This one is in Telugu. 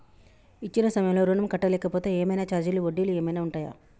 ఇచ్చిన సమయంలో ఋణం కట్టలేకపోతే ఏమైనా ఛార్జీలు వడ్డీలు ఏమైనా ఉంటయా?